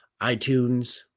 iTunes